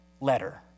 letter